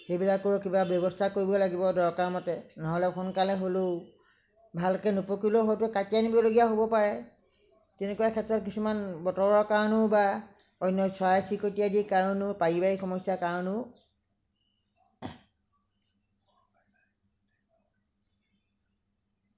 সেইবিলাকৰো কিবা ব্যৱস্থা কৰিব লাগিব দৰকাৰ মতে নহ'লে সোনকালে হ'লেও ভালকে নপকিলেও হয়তো কাটি আনিবলগীয়া হ'ব পাৰে তেনেকুৱা ক্ষেত্ৰত কিছুমান বতৰৰ কাৰণেও বা অন্য চৰাই চিৰিকতি আদিৰ কাৰণেও পাৰিবাৰিক সমস্যাৰ কাৰণেও